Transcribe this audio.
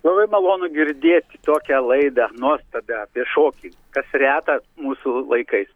labai malonu girdėti tokią laidą nuostabią apie šokį kas reta mūsų laikais